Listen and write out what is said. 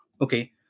Okay